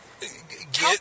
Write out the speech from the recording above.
get